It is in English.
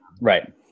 right